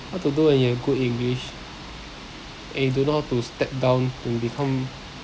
what to do when you have good english and you don't know how to step down and become